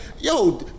Yo